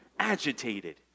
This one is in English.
agitated